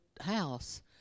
house